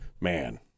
man